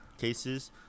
cases